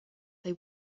they